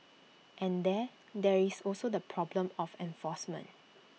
and then there is also the problem of enforcement